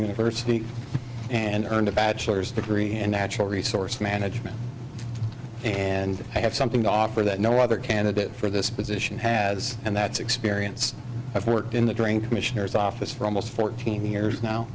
university and earned a bachelor's degree and natural resource management and i have something to offer that no other candidate for this position has and that's experience i've worked in the drain commissioner's office for almost fourteen years now